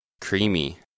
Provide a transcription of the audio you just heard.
Creamy